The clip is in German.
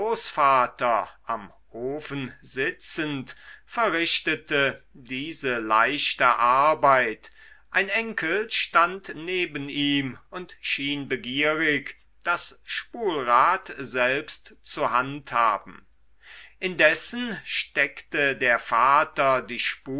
am ofen sitzend verrichtete diese leichte arbeit ein enkel stand neben ihm und schien begierig das spulrad selbst zu handhaben indessen steckte der vater